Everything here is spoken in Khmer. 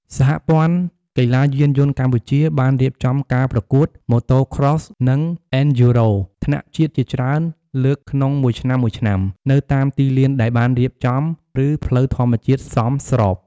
សហព័ន្ធកីឡាយានយន្តកម្ពុជា បានរៀបចំការប្រកួត Motocross និង អេនឌ្យូរ៉ូ (Enduro) ថ្នាក់ជាតិជាច្រើនលើកក្នុងមួយឆ្នាំៗ នៅតាមទីលានដែលបានរៀបចំ ឬផ្លូវធម្មជាតិសមស្រប។